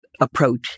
approach